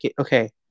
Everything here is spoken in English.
Okay